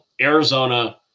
Arizona